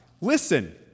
listen